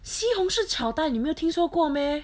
西红柿炒蛋你没有听说过 meh